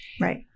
right